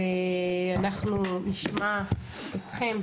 אנחנו נשמע אתכם,